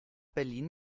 berlin